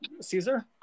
Caesar